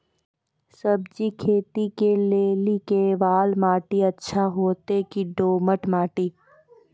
सब्जी खेती के लेली केवाल माटी अच्छा होते की दोमट माटी?